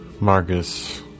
Marcus